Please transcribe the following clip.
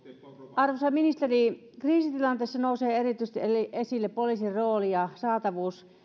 arvoisa ministeri kriisitilanteessa nousee erityisesti esille poliisin rooli ja saatavuus